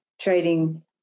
Trading